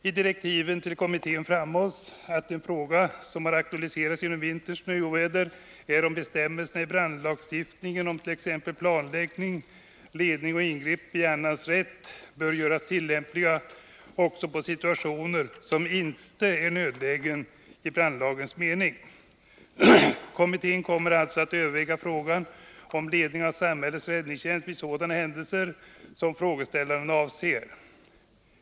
I direktiven till kommittén framhålls att en fråga som har aktualiserats genom vinterns snöoväder är om bestämmelserna i brandlagstiftningen om t.ex. planläggning, ledning och ingrepp i annans rätt bör göras tillämpliga också på situationer som inte är nödlägen i brandlagens mening. Kommittén kommer alltså att överväga frågan om ledningen av samhällets räddningstjänst vid sådana händelser som frågeställaren avser.